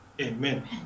Amen